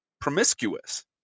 promiscuous